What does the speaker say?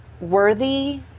worthy